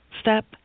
step